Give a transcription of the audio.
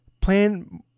plan